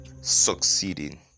succeeding